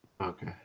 Okay